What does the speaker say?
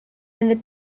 and